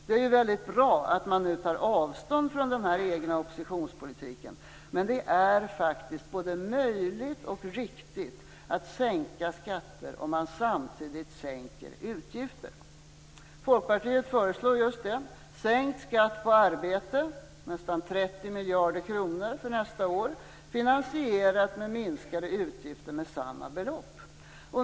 Det är ju mycket bra att man nu tar avstånd från den egna oppositionspolitiken, men det är faktiskt både möjligt och riktigt att sänka skatter om man samtidigt sänker utgifter. Folkpartiet föreslår just detta - sänkt skatt på arbete med nästan 30 miljarder kronor för nästa år finansierade med minskade utgifter med samma belopp.